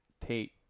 Tate